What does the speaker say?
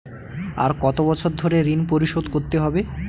আর কত বছর ধরে ঋণ পরিশোধ করতে হবে?